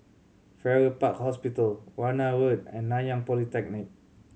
Farrer Park Hospital Warna Road and Nanyang Polytechnic